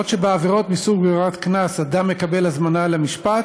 בעבירות מסוג ברירת קנס אדם מקבל הזמנה למשפט,